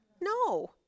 No